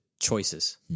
choices